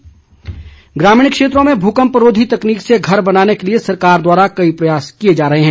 प्रशिक्षण ग्रामीण क्षेत्रों में भूकम्परोधी तकनीक से घर बनाने के लिए सरकार द्वारा कई प्रयास किए जा रहे हैं